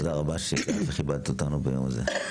תודה רבה שהגעת וכיבדת אותנו ביום זה.